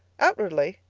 outwardly,